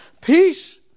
Peace